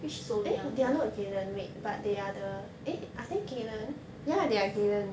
which sonya